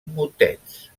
motets